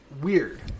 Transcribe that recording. weird